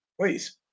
please